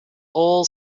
all